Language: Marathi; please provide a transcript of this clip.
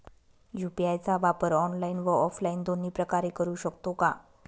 यू.पी.आय चा वापर ऑनलाईन व ऑफलाईन दोन्ही प्रकारे करु शकतो का?